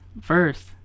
first